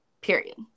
Period